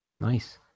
Nice